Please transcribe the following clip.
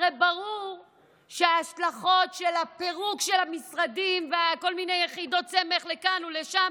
הרי ברור שההשלכות של פירוק המשרדים וכל מיני יחידות סמך לכאן ולשם,